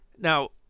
now